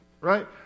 Right